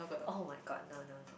[oh]-my-god no no no